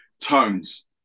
tones